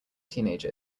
teenager